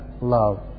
love